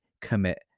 commit